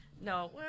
No